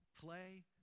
play